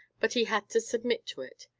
but he had to submit to it.